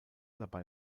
dabei